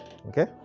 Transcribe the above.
Okay